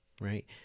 right